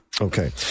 Okay